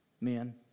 men